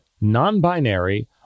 non-binary